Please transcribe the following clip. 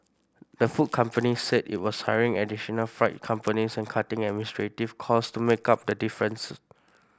the food company said it was hiring additional freight companies and cutting administrative costs to make up the difference